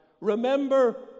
Remember